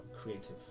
creative